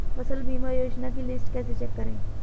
फसल बीमा योजना की लिस्ट कैसे चेक करें?